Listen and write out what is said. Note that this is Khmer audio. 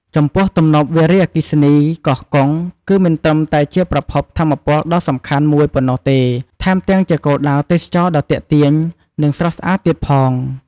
ចំពោះ ទំនប់វារីអគ្គិសនីកោះកុង គឺមិនត្រឹមតែជាប្រភពថាមពលដ៏សំខាន់មួយប៉ុណ្ណោះទេ ថែមទាំងជាគោលដៅទេសចរណ៍ដ៏ទាក់ទាញ និងស្រស់ស្អាតទៀតផង។